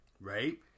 Right